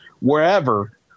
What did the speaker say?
wherever